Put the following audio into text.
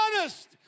honest